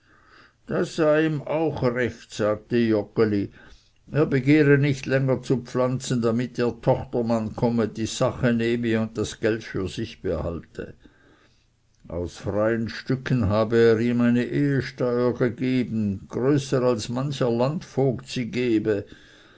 das sei ihm auch recht sagte joggeli er begehre nicht länger zu pflanzen damit ihr tochtermann komme die sache nehme und das geld für sich behalte aus freien stücken habe er ihm eine ehesteuer gegeben größer als mancher landvogt sie gebe